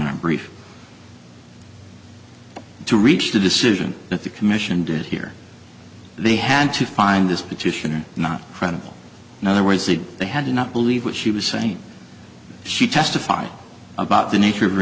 our brief to reach the decision that the commission did hear they had to find this petitioner not credible in other words that they had not believe what she was saying she testified about the nature of